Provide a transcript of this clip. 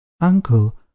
Uncle